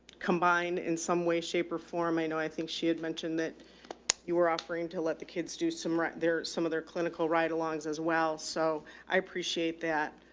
combined in some way, shape or form. i know, i think she had mentioned that you were offering to let the kids do some right there, some of their clinical ride alongs as well. so i appreciate that.